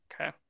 Okay